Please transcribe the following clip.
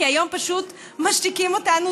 כי היום פשוט משתיקים אותנו.